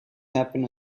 happen